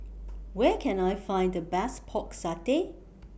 Where Can I Find The Best Pork Satay